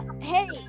hey